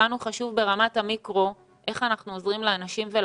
לנו חשוב ברמת המיקרו איך אנחנו עוזרים לאנשים ולפרטים.